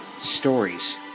stories